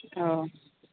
औ